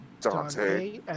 Dante